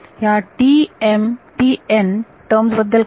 ह्या टर्म बद्दल काय